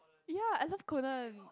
ya I love Conan